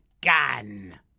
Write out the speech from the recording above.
gun